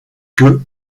que